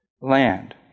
land